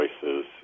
choices